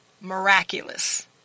miraculous